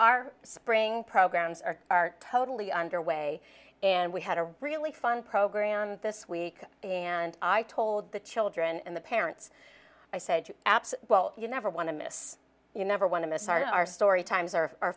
our spring programs are are totally underway and we had a really fun program this week and i told the children and the parents i said you apps well you never want to miss you never want to miss our story times or